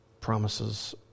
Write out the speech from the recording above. promises